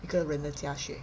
一个人的家学